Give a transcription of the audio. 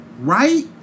right